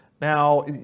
Now